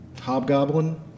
hobgoblin